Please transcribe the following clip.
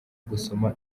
gusoma